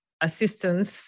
assistance